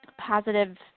positive